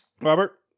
Robert